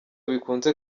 bikunze